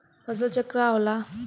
फसल चक्र का होला?